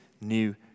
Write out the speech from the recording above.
new